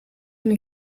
toen